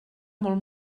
molt